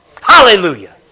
Hallelujah